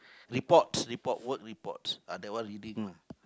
reports report work reports ah that one reading lah